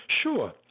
Sure